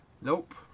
Nope